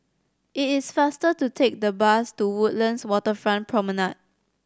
it is faster to take the bus to Woodlands Waterfront Promenade